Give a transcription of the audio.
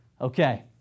Okay